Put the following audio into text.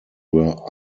were